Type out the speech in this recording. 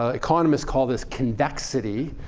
ah economists call this convexity,